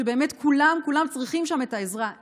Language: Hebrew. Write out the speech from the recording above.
שבאמת כולם כולם צריכים שם את העזרה.